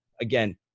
again